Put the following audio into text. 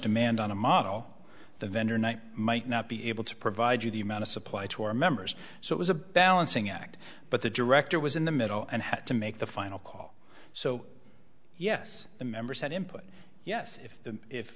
demand on a model the vendor night might not be able to provide you the amount of supply to our members so it was a balancing act but the director was in the middle and had to make the final call so yes the members had input yes if the if